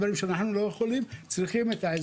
אלו דברים שאנחנו לא יכולים ,צריכים את העזרה של הוועדה.